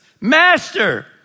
master